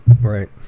right